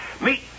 meet